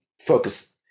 focus